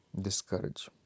discourage